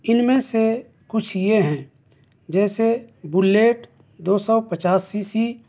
اِن میں سے کچھ یہ ہیں جیسے بلیٹ دو سو پچاس سی سی